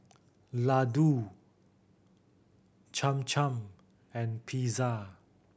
Ladoo Cham Cham and Pizza